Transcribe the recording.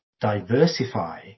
diversify